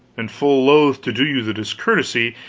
and full loth to do you the discourtesy,